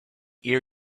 ear